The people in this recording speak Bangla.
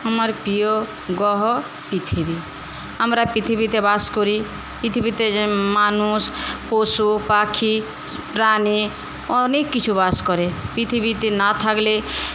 আমার প্রিয় গ্রহ পৃথিবী আমরা পৃথিবীতে বাস করি পৃথিবীতে মানুষ পশু পাখি প্রাণী অনেককিছু বাস করে পৃথিবীতে না থাকলে